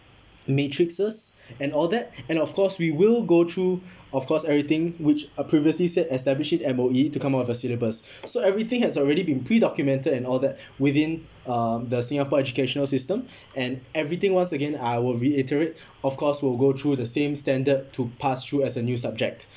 matrices and all that and of course we will go through of course everything which I previously said establishing M_O_E to come up with a syllabus so everything has already been pre documented and all that within um the singapore educational system and everything once again I will reiterate of course we'll go through the same standard to pass through as a new subject